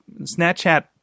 Snapchat